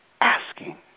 asking